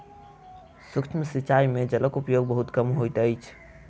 सूक्ष्म सिचाई में जलक उपयोग बहुत कम होइत अछि